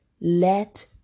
let